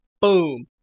Boom